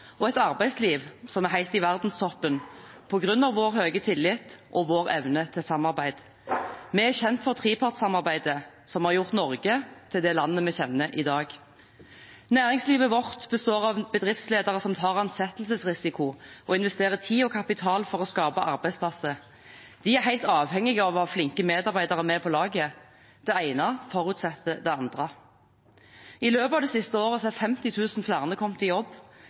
og et arbeidsliv som er helt i verdenstoppen, på grunn av vår høye tillit og vår evne til samarbeid. Vi er kjent for trepartssamarbeidet, som har gjort Norge til det landet vi kjenner i dag. Næringslivet vårt består av bedriftsledere som tar ansettelsesrisiko, og investerer tid og kapital for å skape arbeidsplasser. De er helt avhengige av å ha flinke medarbeidere med på laget. Det ene forutsetter det andre. I løpet av det siste året er 50 000 flere kommet i jobb,